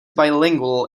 bilingual